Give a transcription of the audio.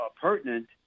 pertinent